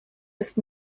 ist